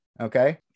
Okay